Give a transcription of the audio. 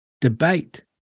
debate